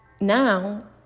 now